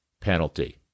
penalty